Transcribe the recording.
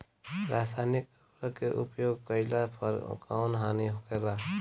रसायनिक उर्वरक के उपयोग कइला पर कउन हानि होखेला?